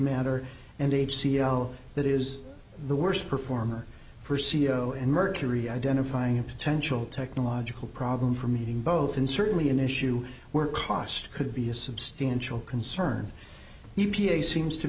matter and h c l that is the worst performer for c e o and mercury identifying a potential technological problem for meeting both and certainly an issue where cost could be a substantial concern e p a seems to